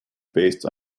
based